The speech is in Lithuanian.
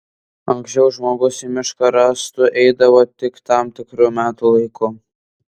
anksčiau žmogus į mišką rąstų eidavo tik tam tikru metų laiku